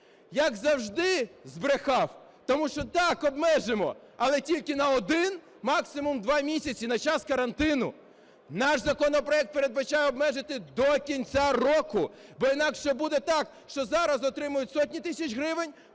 Як завжди, збрехав. Тому що так, обмежимо, але тільки на один, максимум два місяці, на час карантину. Наш законопроект передбачає обмежити до кінця року, бо інакше буде так, що зараз отримують сотні тисяч гривень,